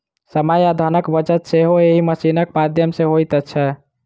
समय आ धनक बचत सेहो एहि मशीनक माध्यम सॅ होइत छै